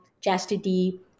chastity